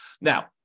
Now